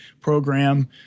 program